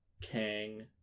kang